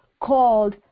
called